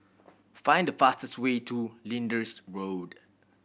find the fastest way to Lyndhurst Road